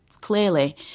clearly